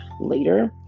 later